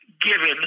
given